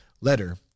Letter